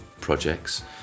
projects